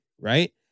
Right